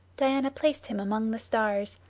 diana placed him among the stars,